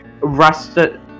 rusted